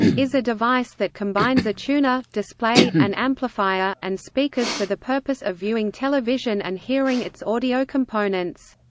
is a device that combines a tuner, display, an amplifier, and speakers for the purpose of viewing television and hearing its audio components.